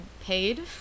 paid